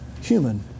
human